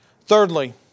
Thirdly